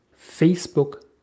Facebook